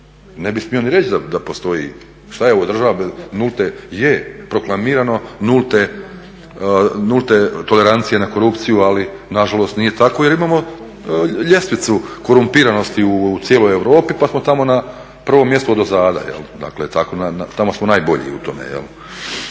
Ne bi smio ni reći da postoji, što je ovo, država bez nulte, je, proklamirano nulte tolerancije na korupciju, ali nažalost nije tako jer imamo ljestvicu korumpiranosti u cijeloj Europi pa smo tamo na prvom mjestu odozada, dakle, tamo smo najbolji u tome.